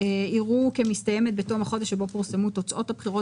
יראו אותה כמסתיימת בתום החודש שבו פורסמו תוצאות הבחירות